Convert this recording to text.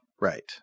right